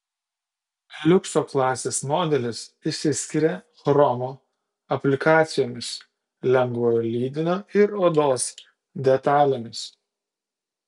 liukso klasės modelis išsiskiria chromo aplikacijomis lengvojo lydinio ir odos detalėmis